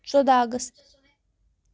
ژۄداہ اگست